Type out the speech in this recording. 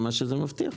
זה מה שזה מבטיח.